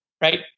right